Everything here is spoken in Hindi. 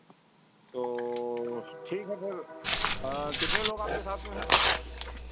तो ठीक है फिर कितने लोग आपके साथ में हैं